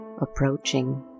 approaching